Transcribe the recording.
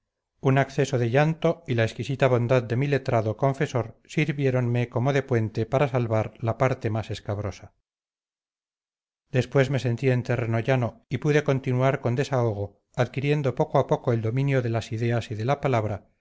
un acceso de llanto y la exquisita bondad de mi letrado confesor sirviéronme como de puente para salvar la parte más escabrosa después me sentí en terreno llano y pude continuar con desahogo adquiriendo poco a poco el dominio de las ideas y de la palabra